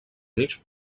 mig